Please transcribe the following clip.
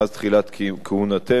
מאז תחילת כהונתנו,